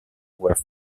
were